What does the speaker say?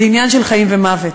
זה עניין של חיים ומוות.